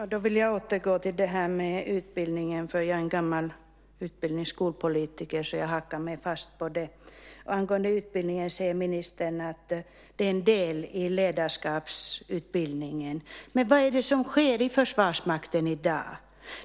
Herr talman! Jag vill återgå till det här med utbildningen. Jag är en gammal utbildnings och skolpolitiker, så jag hakar mig fast vid det. Angående utbildning säger ministern att det är en del av ledarskapsutbildningen. Men vad är det som sker i Försvarsmakten i dag?